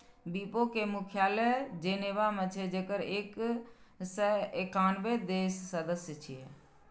विपो के मुख्यालय जेनेवा मे छै, जेकर एक सय एकानबे देश सदस्य छियै